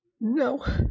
No